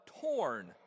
torn